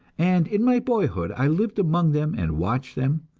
and in my boyhood i lived among them and watched them,